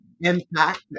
impact